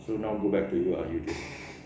so now go back to you ah eugene